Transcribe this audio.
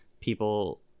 people